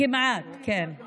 כמעט כולם ערבים.